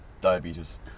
diabetes